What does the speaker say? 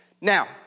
Now